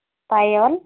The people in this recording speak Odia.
ପାୟଲ